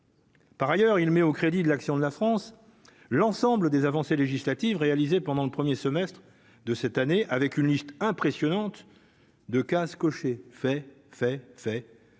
Par ailleurs, il met au crédit de l'action de la France, l'ensemble des avancées législatives réalisés pendant le 1er semestre de cette année avec une liste impressionnante de case cochée fais fais fais